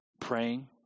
praying